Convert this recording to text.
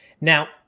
Now